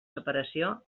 separació